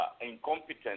incompetent